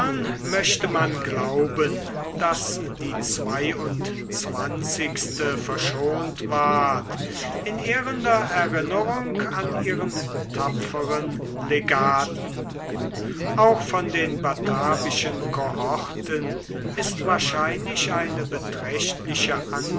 möchte man glauben daß die zweiundzwanzigste verschont ward in ehrender erinnerung an ihren tapferen legaten auch von den batavischen kohorten ist wahrscheinlich eine beträchtliche